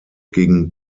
gegen